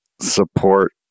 support